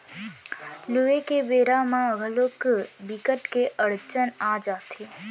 लूए के बेरा म घलोक बिकट के अड़चन आ जाथे